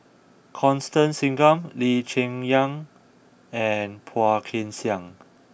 Constance Singam Lee Cheng Yan and Phua Kin Siang